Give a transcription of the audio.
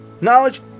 knowledge